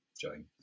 Jane